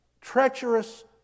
treacherous